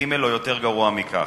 ג' או יותר גרוע מכך.